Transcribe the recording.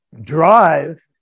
drive